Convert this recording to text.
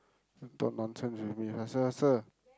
don't nonsense with me faster faster